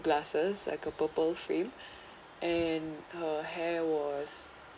glasses like a purple frame and her hair was